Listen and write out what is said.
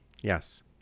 Yes